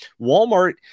Walmart